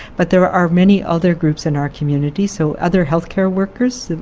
but there are many other groups in our community, so other health care workers,